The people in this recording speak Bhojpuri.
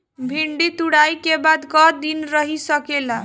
भिन्डी तुड़ायी के बाद क दिन रही सकेला?